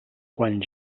quan